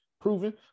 proven